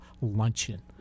luncheon